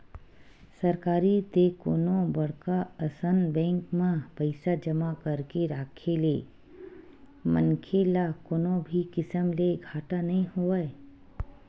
सरकारी ते कोनो बड़का असन बेंक म पइसा जमा करके राखे ले मनखे ल कोनो भी किसम ले घाटा नइ होवय